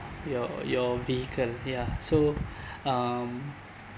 your your vehicle ya so um